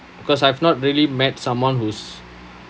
because I've not really met someone who's